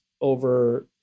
over